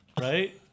Right